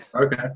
Okay